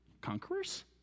conquerors